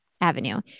avenue